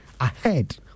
ahead